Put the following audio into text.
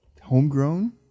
homegrown